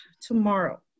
tomorrow